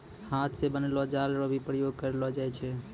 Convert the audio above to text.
हाथ से बनलो जाल रो भी प्रयोग करलो जाय छै